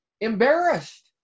embarrassed